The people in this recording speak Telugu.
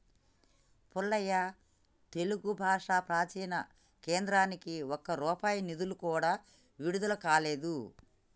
మల్లయ్య తెలుగు భాష ప్రాచీన కేంద్రానికి ఒక్క రూపాయి నిధులు కూడా విడుదల కాలేదు